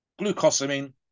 glucosamine